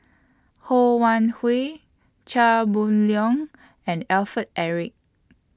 Ho Wan Hui Chia Boon Leong and Alfred Eric